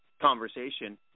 conversation